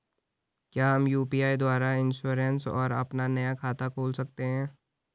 क्या हम यु.पी.आई द्वारा इन्श्योरेंस और अपना नया खाता खोल सकते हैं?